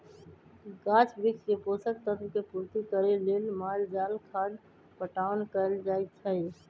गाछ वृक्ष के पोषक तत्व के पूर्ति करे लेल माल जाल खाद पटाओन कएल जाए छै